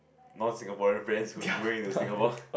non Singaporean friend who's moving into Singapore